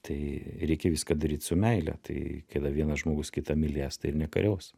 tai reikia viską daryt su meile tai kada vienas žmogus kitą mylės tai ir nekariaus